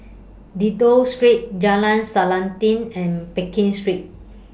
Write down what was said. Dido Street Jalan Selanting and Pekin Street